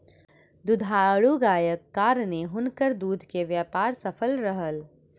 दुधारू गायक कारणेँ हुनकर दूध के व्यापार सफल रहल